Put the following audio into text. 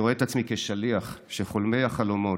אני רואה את עצמי כשליח של חולמי החלומות,